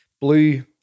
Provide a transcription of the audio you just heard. Blue